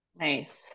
Nice